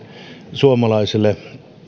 suomalaisille